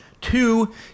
two